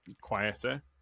quieter